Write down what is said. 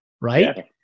right